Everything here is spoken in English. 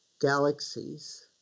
galaxies